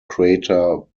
crater